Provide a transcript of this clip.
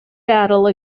battle